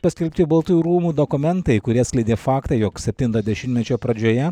paskelbti baltųjų rūmų dokumentai kurie atskleidė faktą jog septinto dešimtmečio pradžioje